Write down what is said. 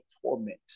torment